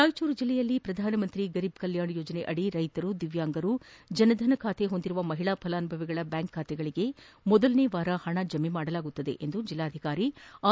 ರಾಯಚೂರು ಜಿಲ್ಲೆಯಲ್ಲಿ ಪ್ರಧಾನಮಂತ್ರಿ ಗರೀಬ್ ಕಲ್ಮಾಣ ಯೋಜನೆಯಡಿ ರೈತರು ದಿವ್ಮಾಂಗರು ಜನ್ಧನ್ ಖಾತೆ ಹೊಂದಿದ ಮಹಿಳಾ ಫಲಾನುಭವಿಗಳ ಬ್ಯಾಂಕ್ ಖಾತೆಗಳಿಗೆ ಮೊದಲನೇ ವಾರ ಪಣ ಜಮಾ ಮಾಡಲಾಗುವುದು ಎಂದು ಜಿಲ್ಲಾಧಿಕಾರಿ ಆರ್